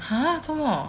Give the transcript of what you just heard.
!huh! 做什么